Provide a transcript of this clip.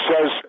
says